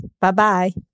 Bye-bye